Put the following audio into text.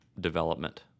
development